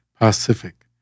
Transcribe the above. Pacific